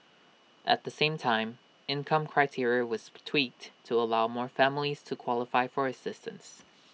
at the same time income criteria was tweaked to allow more families to qualify for assistance